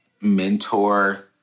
mentor